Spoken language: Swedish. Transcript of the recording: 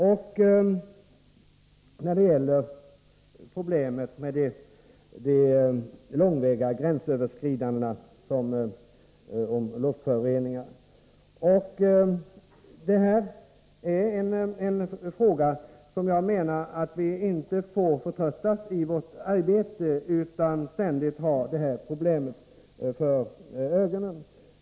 Vi har också med tillfredsställelse noterat att konventionen om långväga gränsöverskridande luftföroreningar har trätt i kraft. Vi får inte förtröttas i vårt arbete utan måste ständigt ha problemet för ögonen.